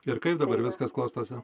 ir kaip dabar viskas klostosi